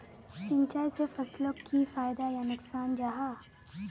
सिंचाई से फसलोक की फायदा या नुकसान जाहा?